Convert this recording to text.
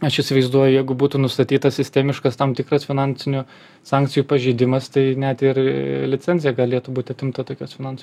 aš įsivaizduoju jeigu būtų nustatytas sistemiškas tam tikras finansinių sankcijų pažeidimas tai net ir licencija galėtų būti atimta tokios finansų